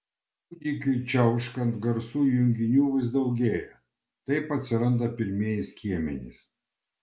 kūdikiui čiauškant garsų junginių vis daugėja taip atsiranda pirmieji skiemenys